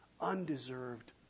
undeserved